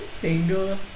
single